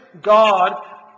God